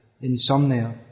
insomnia